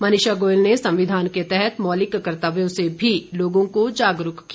मनीषा गोयल ने संविधान के तहत मौलिक कर्तव्यों से भी लोगों को जागरूक किया